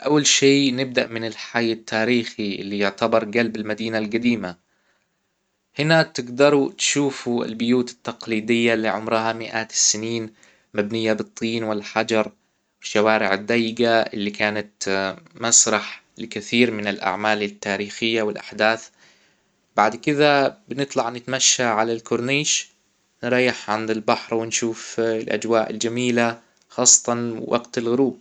اول شيء نبدأ من الحي التاريخي اللي يعتبر جلب المدينة القديمة هنا تجدروا تشوفوا البيوت التقليدية اللي عمرها مئات السنين مبنية بالطين والحجر الشوارع الضيجة اللي كانت مسرح لكثير من الاعمال التاريخية والاحداث بعد كده بنطلع نتمشى على الكورنيش نريح عند البحر ونشوف الاجواء الجميلة خاصة وقت الغروب